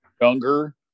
younger